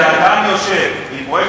כשאדם יושב עם פרויקט,